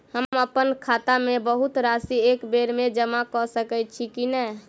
हम अप्पन खाता मे बहुत राशि एकबेर मे जमा कऽ सकैत छी की नै?